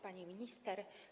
Pani Minister!